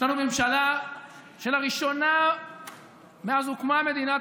יש לנו ממשלה שלראשונה מאז הוקמה מדינת